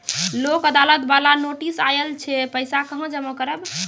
लोक अदालत बाला नोटिस आयल छै पैसा कहां जमा करबऽ?